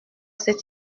cette